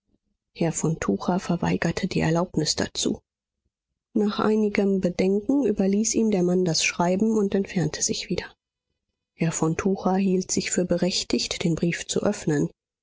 herr von tucher verweigerte die erlaubnis dazu nach einigem bedenken überließ ihm der mann das schreiben und entfernte sich wieder herr von tucher hielt sich für berechtigt den brief zu öffnen